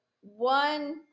one